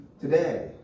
today